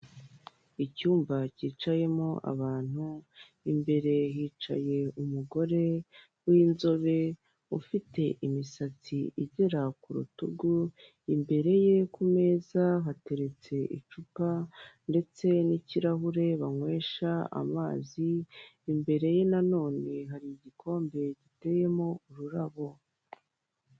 Icyumba cyicayemo abantu imbere hicaye umugore w'inzobe ufite imisatsi igera ku rutugu imbere ye ku meza hateretse icupa ndetse n'ikirahure banywesha amazi imbere ye nanone hari igikombe giteyemo ururabo.